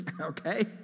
okay